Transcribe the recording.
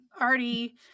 already